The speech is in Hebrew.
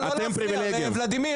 אתם פריבילגים.